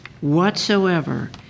whatsoever